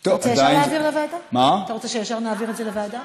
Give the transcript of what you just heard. אתה רוצה שישר נעביר את זה לוועדה?